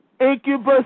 Incubus